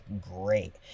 great